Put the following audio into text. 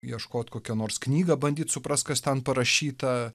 ieškot kokią nors knygą bandyt suprast kas ten parašyta